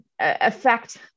affect